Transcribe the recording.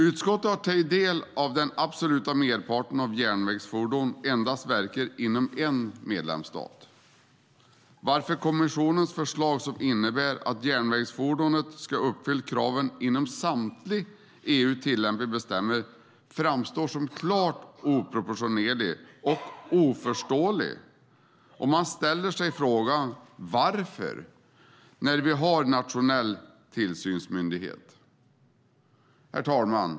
Utskottet har tagit del av att den absoluta merparten av järnvägsfordon endast verkar inom en medlemsstat, varför kommissionens förslag, som innebär att järnvägsfordonet ska uppfylla kraven i samtliga inom EU tillämpliga bestämmelser, framstår som klart oproportionerligt och oförståeligt. Man ställer sig frågan varför, när vi har en nationell tillsynsmyndighet. Herr talman!